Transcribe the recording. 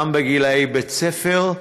גם בגיל בית- פר,